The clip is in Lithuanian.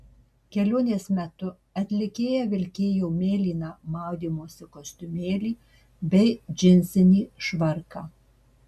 kelionės metu atlikėja vilkėjo mėlyną maudymosi kostiumėlį bei džinsinį švarką